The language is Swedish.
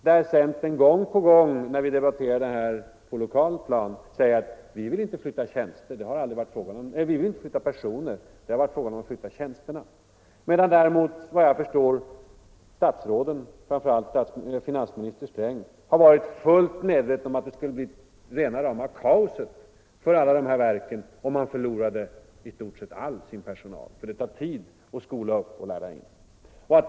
Centern har gång på gång när vi debatterat denna fråga på lokalt plan sagt: Vi vill inte flytta ut personer — det har aldrig varit fråga om det, utan vad det har varit fråga om är att flytta ut tjänsterna —- medan däremot såvitt jag förstår statsråden, och inte minst finansminister Sträng, har varit fullt medvetna om att det skulle bli rena rama kaoset för alla de här verken, om de skulle förlora i stort sett hela sin personal, eftersom uppskolning och inlärning tar lång tid.